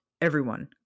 Everyone